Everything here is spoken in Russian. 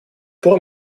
пор